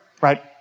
right